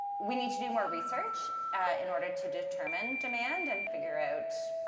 we need to do more research in order to determine demand and figure out,